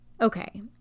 okay